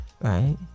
right